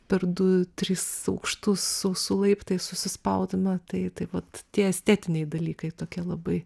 per du tris aukštus su su laiptais susispaudymą tai tai vat tie estetiniai dalykai tokie labai